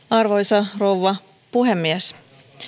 arvoisa rouva puhemies